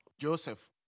Joseph